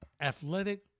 athletic